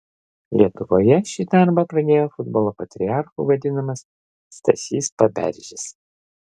lietuvoje šį darbą pradėjo futbolo patriarchu vadinamas stasys paberžis